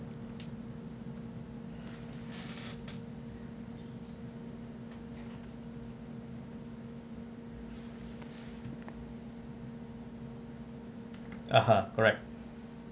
(uh huh) correct